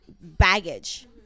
baggage